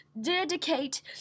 dedicate